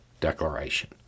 declaration